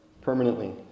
permanently